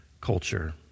culture